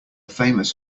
famous